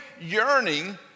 yearning